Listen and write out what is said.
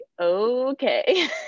okay